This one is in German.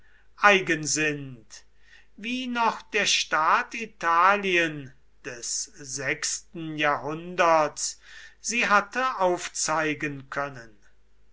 eigen sind wie noch der staat italien des sechsten jahrhunderts sie hatte aufzeigen können